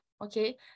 okay